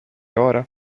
ora